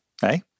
Hey